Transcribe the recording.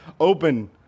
open